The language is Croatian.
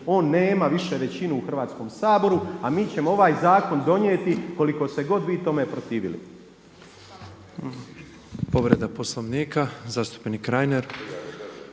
On nema više veću u Hrvatskom saboru, a mi ćemo ovaj zakon donijeti koliko se god vi tome protivili.